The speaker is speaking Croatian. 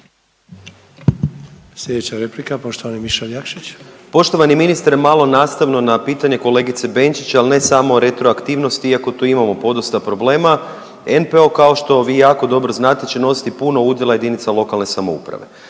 Sljedeća replika, poštovani Mišel Jakšić. **Jakšić, Mišel (SDP)** Poštovani ministre, malo nastavno na pitanje kolegice Benčić, ali ne samo retroaktivnost, iako tu imamo podosta problema. NPO kao što vi jako dobro znate će nositi puno udjela jedinica lokalne samouprave.